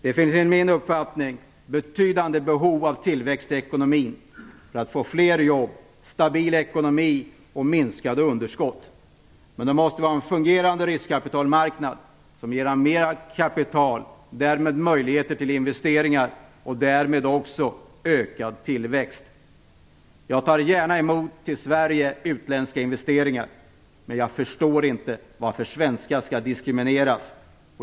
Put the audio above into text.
Det finns enligt min uppfattning betydande behov av tillväxt i ekonomin för att få fler jobb, stabil ekonomi och minskade underskott. Men då måste vi ha en fungerande riskkapitalmarknad, som genererar mer kapital och därmed möjligheter till investeringar och även ökad tillväxt. Jag tar gärna i Sverige emot utländska investeringar, men jag förstår inte varför svenskar skall diskrimineras.